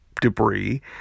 debris